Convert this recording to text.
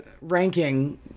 ranking